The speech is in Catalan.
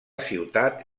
ciutat